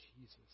Jesus